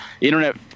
internet